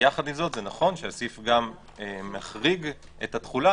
יחד עם זאת זה נכון שהסעיף גם מחריג את התחולה